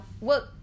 work